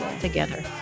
together